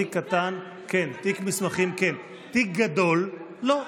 תיק קטן, כן, תיק מסמכים, כן, תיק גדול, לא.